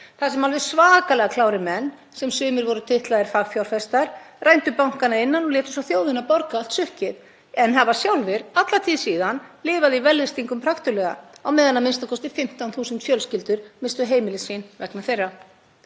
þar sem alveg svakalega klárir menn, sem sumir voru titlaðir fagfjárfestar, rændu bankana að innan og létu svo þjóðina borga allt sukkið en hafa sjálfir alla tíð síðan lifað í vellystingum praktuglega á meðan a.m.k. 15.000 fjölskyldur misstu heimili sín vegna þeirra.